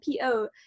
Po